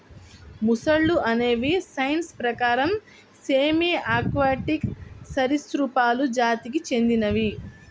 మొసళ్ళు అనేవి సైన్స్ ప్రకారం సెమీ ఆక్వాటిక్ సరీసృపాలు జాతికి చెందినవి